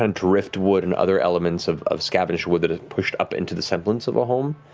and driftwood and other elements of of scavenged wood that has pushed up into the semblance of a home.